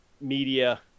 media